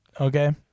okay